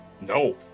No